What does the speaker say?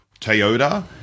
Toyota